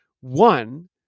One